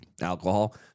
alcohol